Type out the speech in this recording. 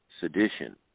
sedition